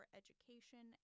education